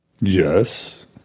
Yes